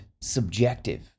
subjective